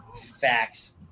Facts